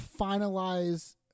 finalize